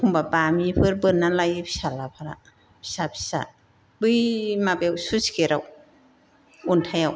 एखमब्ला बामिफोर बोनना लायो फिसालाफ्रा फिसा फिसा बै माबायाव स्लुइस गेटाव अन्थायाव